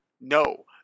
no